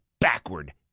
backward